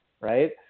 right